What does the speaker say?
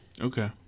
Okay